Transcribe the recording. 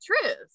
truth